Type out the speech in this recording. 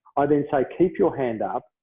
i then so keep your hand up,